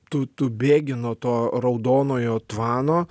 tu tu bėgi nuo to raudonojo tvano